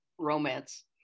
romance